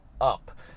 up